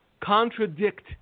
contradict